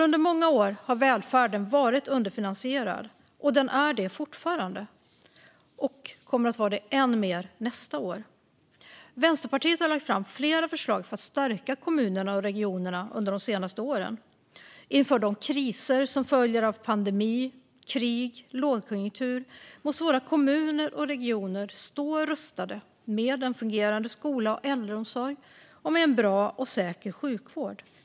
Under många år har välfärden varit underfinansierad, och den är det fortfarande och kommer att vara det än mer nästa år. Vänsterpartiet har lagt fram flera förslag för att stärka kommunerna och regionerna under de senaste åren. Inför de kriser som följer av pandemi, krig och lågkonjunktur måste våra kommuner och regioner stå rustade med en fungerande skola och äldreomsorg och en bra och säker sjukvård.